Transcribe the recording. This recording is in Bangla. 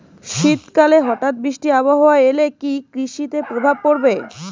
শীত কালে হঠাৎ বৃষ্টি আবহাওয়া এলে কি কৃষি তে প্রভাব পড়বে?